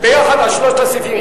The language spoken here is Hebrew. ביחד על שלושת הסעיפים.